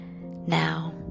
now